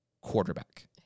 quarterback